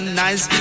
nice